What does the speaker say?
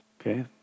okay